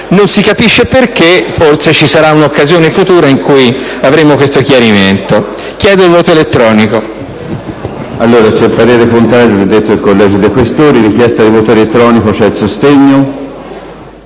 non si capisce il perché. Forse ci sarà un'occasione futura in cui avremo questo chiarimento. Chiedo la votazione